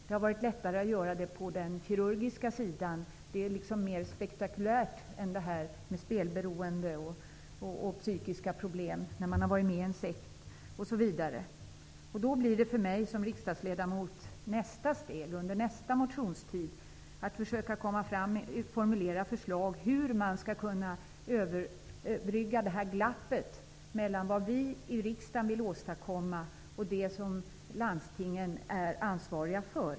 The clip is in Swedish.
Det har varit lättare på den kirurgiska sidan av sjukvården; kirurgi är liksom mer spektakulärt än spelberoende och psykiska problem som uppstått till följd av att man har varit med i en sekt osv. Nästa steg för mig som riksdagsledamot blir att under nästa motionstid försöka formulera förslag till hur man skall kunna överbrygga glappet mellan vad vi i riksdagen vill åstadkomma och det som landstingen är ansvariga för.